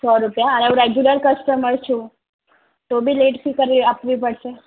સો રૂપિયા અને હું રેગ્યુલર કસ્ટમર છું તો બી લેટ ફી કરવી આપવી પળશે